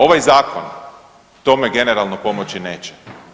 Ovaj zakon tome generalno pomoći neće.